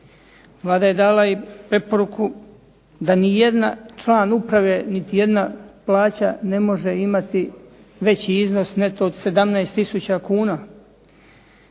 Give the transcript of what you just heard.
Vlada je dala i preporuku da nijedan član uprave, niti jedna plaća ne može imati veći iznos neto od 17 tisuća